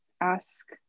ask